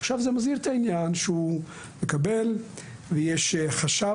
זה מסדיר את העניין שהוא מקבל ויש חשב